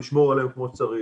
נשמור עליהם כמו שצריך,